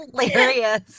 hilarious